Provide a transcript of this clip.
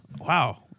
Wow